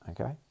okay